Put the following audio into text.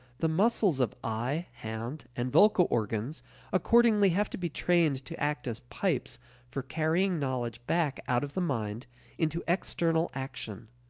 the muscles of eye, hand, and vocal organs accordingly have to be trained to act as pipes for carrying knowledge back out of the mind into external action.